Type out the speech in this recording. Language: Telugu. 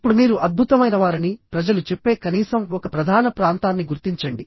ఇప్పుడు మీరు అద్భుతమైనవారని ప్రజలు చెప్పే కనీసం ఒక ప్రధాన ప్రాంతాన్ని గుర్తించండి